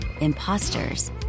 imposters